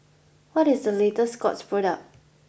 what is the latest Scott's product